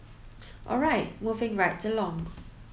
all right moving right along